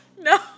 No